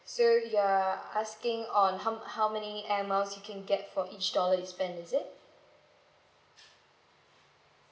so you're asking on how how many air miles you can get for each dollar you spent is it